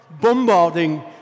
bombarding